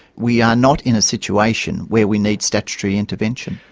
we are not in a situation where we need statutory intervention.